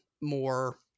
more